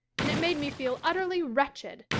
and it made me feel utterly wretched.